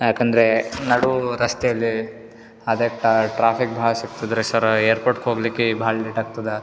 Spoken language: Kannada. ಯಾಕಂದರೆ ನಡು ರಸ್ತೆಯಲ್ಲಿ ಅದಕ್ಕೆ ಟ್ರಾಫಿಕ್ ಭಾಳ ಸಿಕ್ತದರಿ ಸರ ಏರ್ಪೋಟ್ ಹೋಗ್ಲಿಕ್ಕೆ ಭಾಳ ಲೇಟ್ ಆಗ್ತದೆ